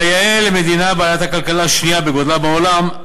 כיאה למדינה בעלת הכלכלה השנייה בגודלה בעולם.